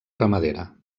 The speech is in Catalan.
ramadera